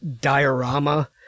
diorama